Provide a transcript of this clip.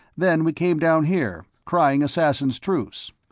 then we came down here, crying assassins' truce.